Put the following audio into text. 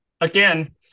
again